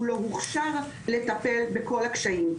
הוא לא הוכשר לטפל בכל הקשיים,